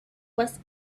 was